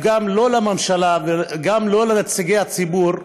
לא לממשלה ולא לנציגי הציבור,